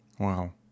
Wow